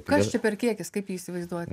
kas čia per kiekis kaip jį įsivaizduot